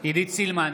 עידית סילמן,